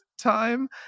time